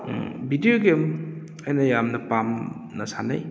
ꯎꯝ video game ꯑꯩꯅ ꯌꯥꯝꯅ ꯄꯥꯝꯅ ꯁꯥꯟꯅꯩ